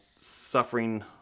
suffering